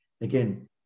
Again